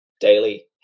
daily